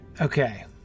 Okay